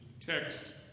text